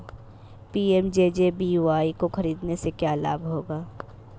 PMJJBY को खरीदने से क्या लाभ होगा?